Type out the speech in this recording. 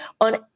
on